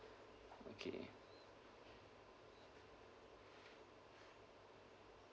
okay